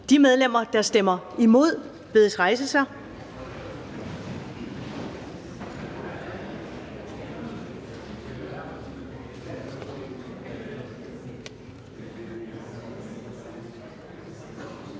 De medlemmer, der stemmer imod, bedes rejse sig.